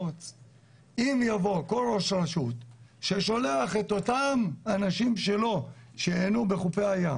אם יבוא כל ראש רשות ששולח את האנשים שלו שייהנו בחופי הים